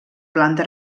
planta